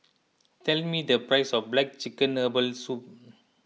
tell me the price of Black Chicken Herbal Soup